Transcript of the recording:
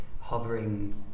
hovering